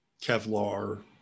Kevlar